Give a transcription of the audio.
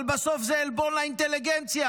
אבל בסוף זה עלבון לאינטליגנציה.